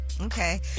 Okay